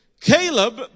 Caleb